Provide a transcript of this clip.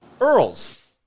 Earl's